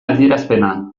adierazpena